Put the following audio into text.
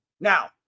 Now